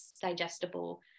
digestible